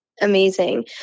amazing